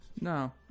No